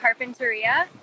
Carpinteria